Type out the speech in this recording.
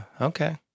Okay